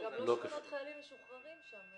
זה גם לא שכונות חיילים משוחררים שם.